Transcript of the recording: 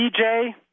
DJ